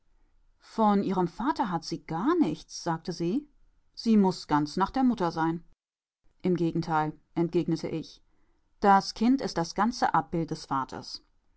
von ihrem vater hat sie gar nichts sagte sie sie muß ganz nach der mutter sein im gegenteil entgegnete ich das kind ist das ganze abbild des vaters